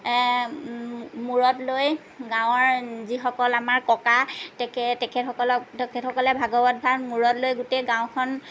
মূৰত লৈ গাঁৱৰ যিসকল আমাৰ ককা তে তেখেতসকলক তেখেতসকলে ভাগৱত ভাগ মূৰত লৈ গোটেই গাওঁখন